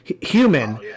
human